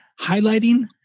Highlighting